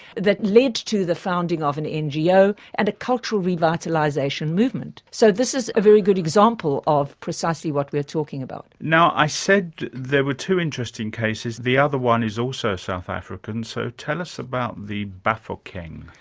that led to the founding of an ngo and a cultural revitalisation movement. so this is a very good example of precisely what we're talking about. now, i said there were two interesting cases, the other one is also south african, so tell us about the bafokeng.